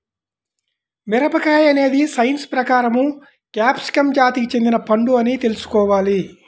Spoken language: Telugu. మిరపకాయ అనేది సైన్స్ ప్రకారం క్యాప్సికమ్ జాతికి చెందిన పండు అని తెల్సుకోవాలి